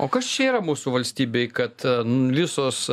o kas čia yra mūsų valstybėj kad visos